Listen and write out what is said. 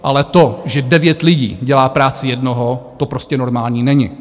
Ale to, že devět lidí dělá práci jednoho, to prostě normální není.